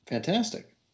fantastic